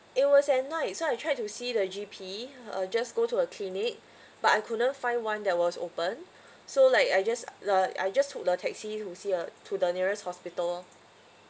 it was at night so I tried to see the G_P uh just go to a clinic but I couldn't find one that was open so like I just uh I just took the taxi to see a to the nearest hospital lor